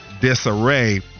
disarray